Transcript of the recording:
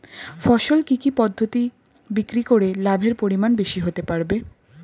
ফসল কি কি পদ্ধতি বিক্রি করে লাভের পরিমাণ বেশি হতে পারবে?